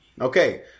Okay